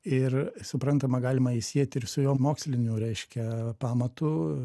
ir suprantama galima jį sieti ir su jo moksliniu reiškia pamatu